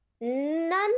none